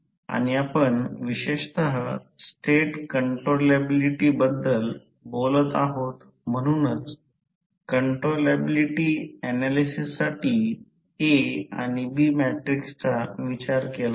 दिवसभर कार्यक्षमता 24 तासात किलोवॅट तासात रोहीत्रचे उत्पादन विभागले 24 तासांत किलोवाट तासात रोहीत्रमध्ये इनपुट केले